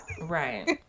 Right